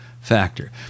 factor